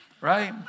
right